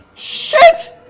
shit!